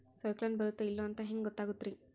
ಸೈಕ್ಲೋನ ಬರುತ್ತ ಇಲ್ಲೋ ಅಂತ ಹೆಂಗ್ ಗೊತ್ತಾಗುತ್ತ ರೇ?